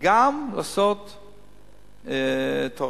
גם לעשות תורנויות,